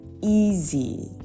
easy